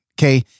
Okay